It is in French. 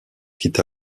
quitte